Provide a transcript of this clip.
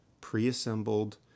pre-assembled